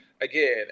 again